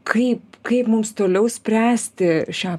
kaip kaip mums toliau spręsti šią